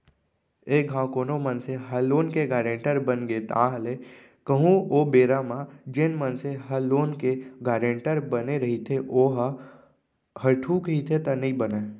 एक घांव कोनो मनसे ह लोन के गारेंटर बनगे ताहले कहूँ ओ बेरा म जेन मनसे ह लोन के गारेंटर बने रहिथे ओहा हटहू कहिथे त नइ बनय